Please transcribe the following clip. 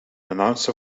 announcer